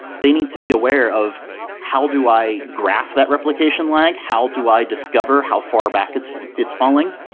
they need to be aware of how do i graph that replication lag? how do i discover how far back it's it's falling?